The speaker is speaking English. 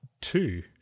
Two